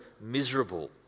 miserable